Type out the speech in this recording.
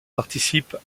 participe